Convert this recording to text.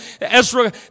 Ezra